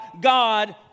God